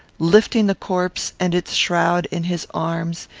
lifting the corpse and its shroud in his arms,